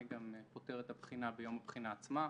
אני גם פותר את הבחינה ביום הבחינה עצמה.